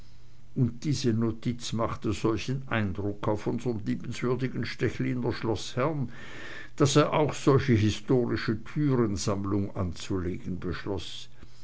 und diese notiz machte solchen eindruck auf unsern liebenswürdigen stechliner schloßherrn daß er auch solche historische türensammlung anzulegen beschloß